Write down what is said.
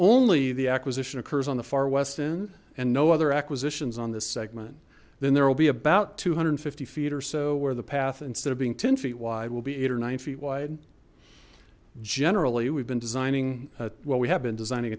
only the acquisition occurs on the far west end and no other acquisitions on this segment then there will be about two hundred and fifty feet or so where the path instead of being ten feet wide will be eight or nine feet wide generally we've been designing at well we have been designing